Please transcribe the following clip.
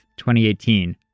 2018